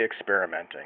experimenting